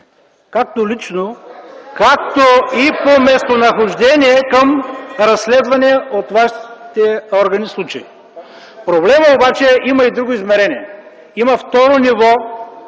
...така и по местонахождение, към разследвания от вашите органи случай. Проблемът обаче има и друго измерение, има второ ниво